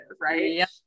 right